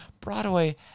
Broadway